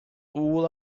all